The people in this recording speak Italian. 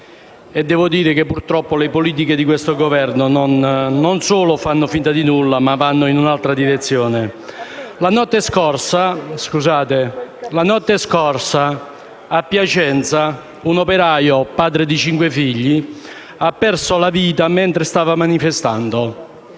del lavoro. Purtroppo le politiche di questo Governo non solo fanno finta di nulla, ma vanno in un'altra direzione. La notte scorsa, a Piacenza, un operaio, padre di cinque figli, ha perso la vita mentre stava manifestando.